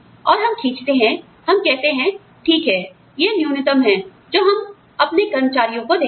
और हम खींचते हैं हम कहते हैं ठीक है यह न्यूनतम है जो हम अपने कर्मचारियों को देंगे